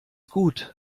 gut